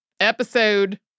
episode